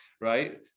right